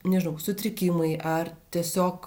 nežinau sutrikimai ar tiesiog